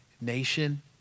nation